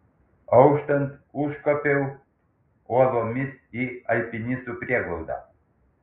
auštant užkopiau uolomis į alpinistų prieglaudą